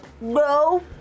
No